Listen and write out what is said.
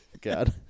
God